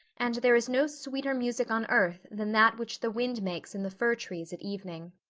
and there is no sweeter music on earth than that which the wind makes in the fir trees at evening.